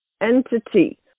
entity